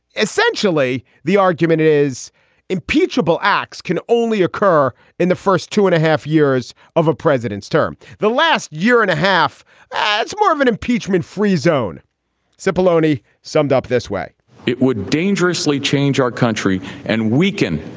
essentially, the argument is impeachable acts can only occur in the first two and a half years of a president's term. the last year and a half adds more of an impeachment free zone scipione summed up this way it would dangerously change our country and weaken,